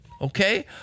Okay